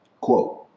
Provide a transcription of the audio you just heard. Quote